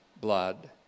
blood